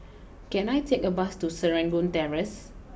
can I take a bus to Serangoon Terrace